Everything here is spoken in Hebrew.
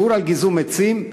כן, גיזום עצים.